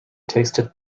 tasted